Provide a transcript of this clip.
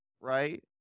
right